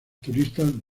turistas